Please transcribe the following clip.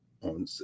on